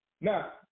Now